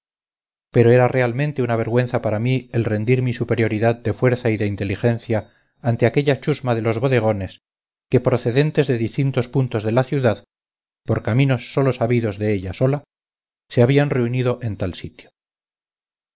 pero era realmente una vergüenza para mí el rendir mi superioridad de fuerza y de inteligencia ante aquella chusma de los bodegones que procedentes de distintos puntos de la ciudad por caminos sólo sabidos de ella sola se había reunido en tal sitio